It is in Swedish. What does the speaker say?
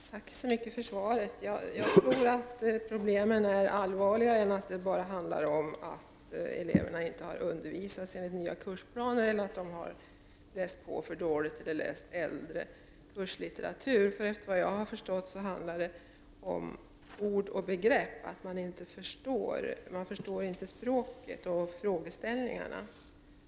Herr talman! Tack så mycket för svaret. Jag tror att problemen är allvarligare än att det bara handlar om att eleverna inte har undervisats enligt den nya kursplanen eller att de har läst på för dåligt, läst föråldrad kurslitteratur osv. Såvitt jag har förstått handlar det om att man inte förstår ord och begrepp. Man förstår inte språket och frågeställningarna.